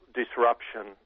disruption